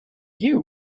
you